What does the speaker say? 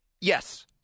yes